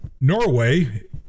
norway